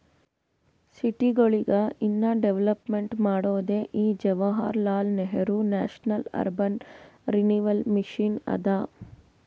ಸಿಟಿಗೊಳಿಗ ಇನ್ನಾ ಡೆವಲಪ್ಮೆಂಟ್ ಮಾಡೋದೇ ಈ Jawaharlal Nehru national urban renewal mission ಅದಾ